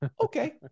okay